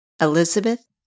Elizabeth